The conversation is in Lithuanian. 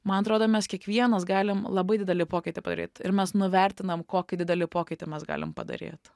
man atrodo mes kiekvienas galim labai didelį pokytį padaryt ir mes nuvertinam kokį didelį pokytį mes galim padaryt